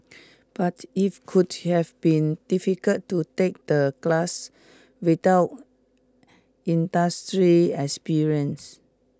but if could have been difficult to take the class without industry experience